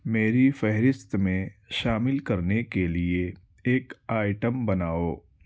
میری فہرست میں شامل کرنے کے لیے ایک آئٹم بناؤ